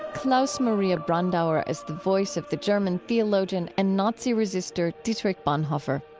klaus maria brandauer is the voice of the german theologian and nazi resister dietrich bonhoeffer.